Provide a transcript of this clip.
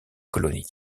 colonies